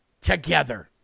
together